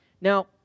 Now